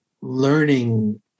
learning